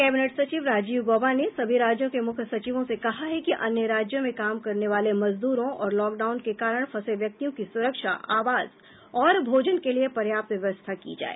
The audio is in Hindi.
कैबिनेट सचिव राजीव गॉबा ने सभी राज्यों के मुख्य सचिवों से कहा है कि अन्य राज्यों में काम करने वाले मजदूरों और लॉकडाउन के कारण फंसे व्यक्तियों की सुरक्षा आवास और भोजन के लिए पर्याप्त व्यवस्था की जाए